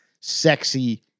sexy